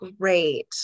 great